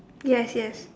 yes yes